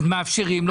אז מאפשרים לו?